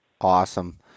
Awesome